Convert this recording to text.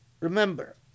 Remember